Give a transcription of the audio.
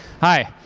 hi,